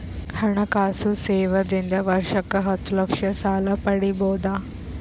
ಹಣಕಾಸು ಸೇವಾ ದಿಂದ ವರ್ಷಕ್ಕ ಹತ್ತ ಲಕ್ಷ ಸಾಲ ಪಡಿಬೋದ?